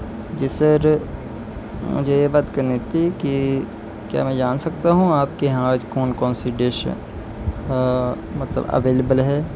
جی sir مجھے یہ بات کرنی تھی کہ کیا میں جان سکتا ہوں آپ کے یہاں کون کون سی ڈش ہیں مطلب اویلیبل ہے